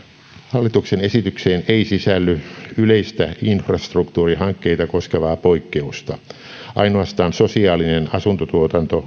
hallituksen esitykseen ei sisälly yleistä infrastruktuurihankkeita koskevaa poikkeusta ainoastaan sosiaalinen asuntotuotanto